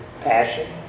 passion